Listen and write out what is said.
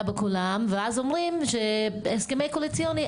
בכולם ואז אומרים שהסכמים קואליציוניים,